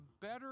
better